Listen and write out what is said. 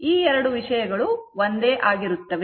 ಈ ಎರಡು ವಿಷಯಗಳು ಒಂದೇ ಆಗಿರುತ್ತವೆ